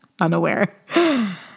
unaware